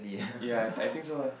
ya I think so ah